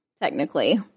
Technically